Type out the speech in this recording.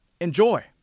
Enjoy